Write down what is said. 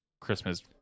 Christmas